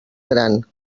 gran